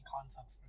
concept